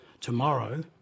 tomorrow